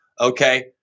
Okay